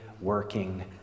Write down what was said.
working